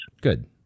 Good